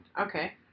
Okay